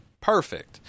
Perfect